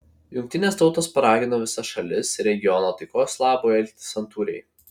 jungtinės tautos paragino visas šalis regiono taikos labui elgtis santūriai